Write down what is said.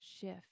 shift